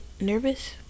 Nervous